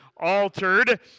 altered